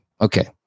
Okay